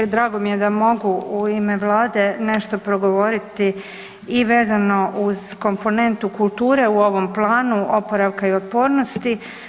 Drago mi je da mogu u ime Vlade nešto progovoriti i vezano uz komponentu kulture u ovom Planu oporavka i otpornosti.